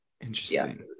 Interesting